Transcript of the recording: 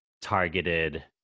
targeted